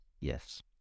Yes